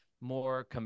more